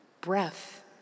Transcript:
Breath